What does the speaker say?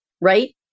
right